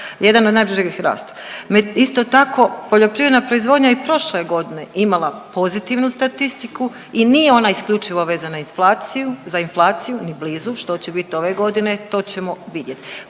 jedan od najbrižih rasta. Isto tako poljoprivredna proizvodnja je i prošle godine imala pozitivnu statistiku i nije ona isključivo vezana inflaciju, za inflaciju ni blizu, što će biti ove godine to ćemo vidjeti.